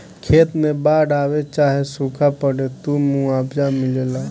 खेत मे बाड़ आवे चाहे सूखा पड़े, त मुआवजा मिलेला